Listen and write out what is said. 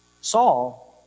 Saul